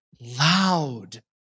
loud